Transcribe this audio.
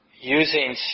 using